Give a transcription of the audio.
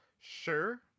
sure